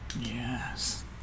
Yes